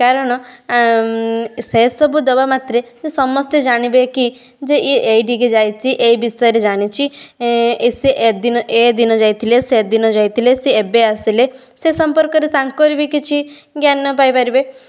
କାରଣ ଆ ସେ ସବୁ ଦବା ମାତ୍ରେ ସମସ୍ତେ ଜାଣିବେ କି ଯେ ଇଏ ଏଇଟିକି ଯାଇଛି ଏଇ ବିଷୟରେ ଜାଣିଛି ଏଁ ଏ ସେ ଏ ଦିନ ଏ ଦିନ ଯାଇଥିଲେ ସେ ଦିନ ଯାଇଥିଲେ ସେ ଏବେ ଆସିଲେ ସେ ସଂପର୍କ ରେ ତାଙ୍କରି ବି କିଛି ଜ୍ଞାନ ପାଇପାରିବେ